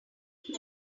even